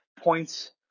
points